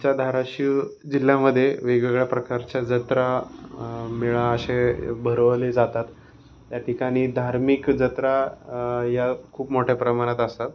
आमच्या धाराशिव जिल्ह्यामध्ये वेगवेगळ्या प्रकारच्या जत्रा म मिळा अशे भरवले जातात त्या ठिकाणी धार्मिक जत्रा या खूप मोठ्या प्रमाणात असतात